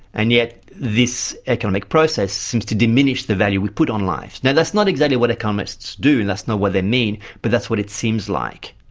and yet this economic process seems to diminish the value we put on life. yeah that's not exactly what economists do and that's not what they mean, but that's what it seems like,